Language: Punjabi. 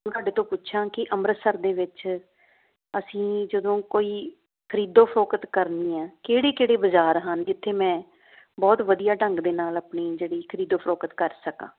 ਮੈਂ ਤੁਹਾਡੇ ਤੋਂ ਪੁੱਛਾ ਕਿ ਅੰਮ੍ਰਿਤਸਰ ਦੇ ਵਿੱਚ ਅਸੀਂ ਜਦੋਂ ਕੋਈ ਖਰੀਦੋ ਫਰੋਖਤ ਕਰਨੀ ਹੈ ਕਿਹੜੇ ਕਿਹੜੇ ਬਾਜ਼ਾਰ ਹਨ ਜਿੱਥੇ ਮੈਂ ਬਹੁਤ ਵਧੀਆ ਢੰਗ ਦੇ ਨਾਲ ਆਪਣੀ ਜਿਹੜੀ ਖਰੀਦੋ ਫਰੋਖਤ ਕਰ ਸਕਾਂ